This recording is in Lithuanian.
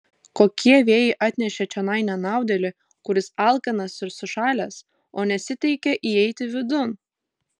kokie vėjai atnešė čionai nenaudėlį kuris alkanas ir sušalęs o nesiteikia įeiti vidun